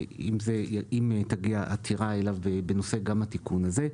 אם תגיע עתירה אליו בנושא התיקון הזה,